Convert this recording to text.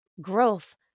growth